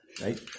right